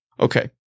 Okay